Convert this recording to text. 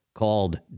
called